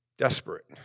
Desperate